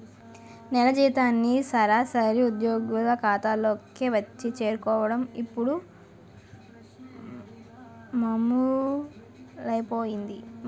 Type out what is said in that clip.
నెల జీతాలన్నీ సరాసరి ఉద్యోగుల ఖాతాల్లోకే వచ్చి చేరుకోవడం ఇప్పుడు మామూలైపోయింది